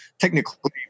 technically